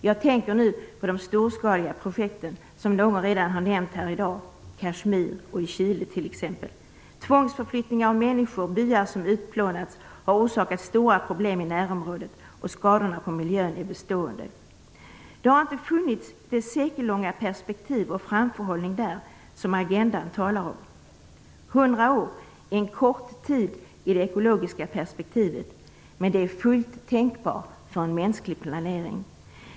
Jag tänker nu på de storskaliga projekt som redan nämnts här i dag, i Kashmir och Chile t.ex. Tvångsförflyttningar av människor, byar som utplånats har orsakat stora problem i närområdet. Skadorna på miljön är bestående. Det har inte funnits de sekellånga perspektiv och den framförhållning där som det i Agenda 21 talas om. Hundra år är en kort tid i det ekologiska perspektivet, men det är fullt tänkbart för en mänsklig planering.